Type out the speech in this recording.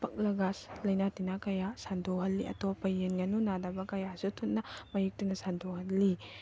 ꯄꯛꯂꯒ ꯂꯩꯅꯥ ꯇꯤꯟꯅꯥ ꯀꯌꯥ ꯁꯟꯗꯣꯛꯍꯜꯂꯤ ꯑꯇꯣꯞꯄ ꯌꯦꯟ ꯉꯥꯅꯨ ꯅꯥꯗꯕ ꯀꯌꯥꯁꯨ ꯊꯨꯅ ꯃꯍꯤꯛꯇꯨꯅ ꯁꯟꯗꯣꯛ ꯍꯜꯂꯤ